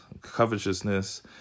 covetousness